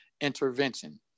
intervention